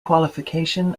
qualification